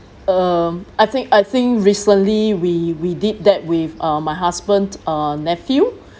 um I think I think recently we we did that with uh my husband uh nephew